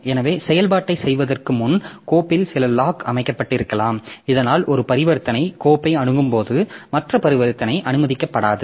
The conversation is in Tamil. எனவே செயல்பாட்டைச் செய்வதற்கு முன் கோப்பில் சில லாக் அமைக்கப்பட்டிருக்கலாம் இதனால் ஒரு பரிவர்த்தனை கோப்பை அணுகும்போது மற்ற பரிவர்த்தனை அனுமதிக்கப்படாது